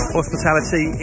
hospitality